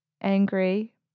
angry